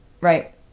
right